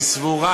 סבורה